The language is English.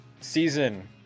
season